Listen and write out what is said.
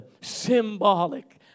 symbolic